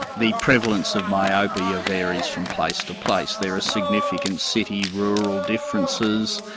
the prevalence of myopia varies from place to place. there is significant city rural differences.